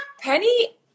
Penny